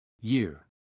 Year